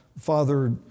Father